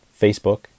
Facebook